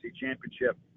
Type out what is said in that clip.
championship